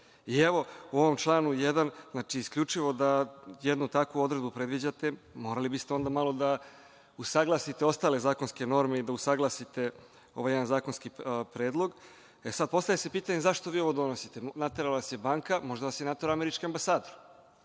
u ovom članu 1, isključivo jednu takvu odredbu predviđate, morali biste malo da usaglasite ostale zakonske norme, i da usaglasite ovaj zakonski predlog. Sada se postavlja pitanje – zašto vi ovo donosite? Naterala vas je banka, možda vas je naterao američki ambasador.